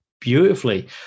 beautifully